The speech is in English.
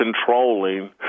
controlling